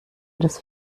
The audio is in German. das